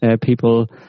people